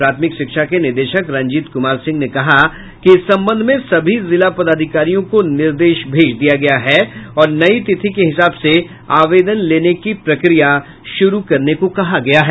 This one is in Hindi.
प्राथमिक शिक्षा के निदेशक रंजीत कुमार सिंह ने कहा कि इस संबंध में सभी जिला पदाधिकारियों को निर्देश भेज दिया गया है और नई तिथि के हिसाब से आवेदन लेने की प्रक्रिया शुरू करने को कहा गया है